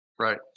right